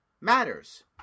matters